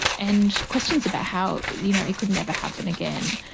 and questions about how you know it could never happen again.